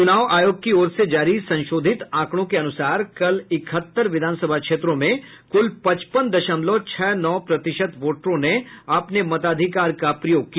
चुनाव आयोग की ओर से जारी संशोधित आंकड़ो के अनुसार कल इकहत्तर विधानसभा क्षेत्रों में कुल पचपन दशमलव छह नौ प्रतिशत वोटरों ने अपने मताधिकार का प्रयोग किया